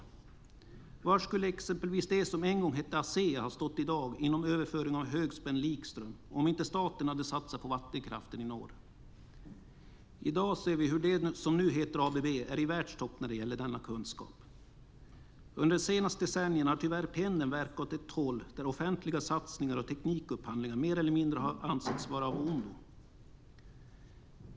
Var skulle exempelvis det som en gång hette Asea ha stått i dag inom överföring av högspänd likström om inte staten hade satsat på vattenkraften i norr? I dag ser vi hur det som nu heter ABB är i världstopp när det gäller denna kunskap. Under de senaste decennierna har tyvärr pendeln verkat åt ett håll där offentliga satsningar och teknikupphandlingar mer eller mindre har ansetts vara av ondo.